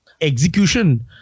execution